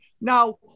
Now